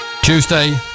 Tuesday